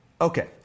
Okay